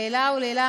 לעילא ולעילא,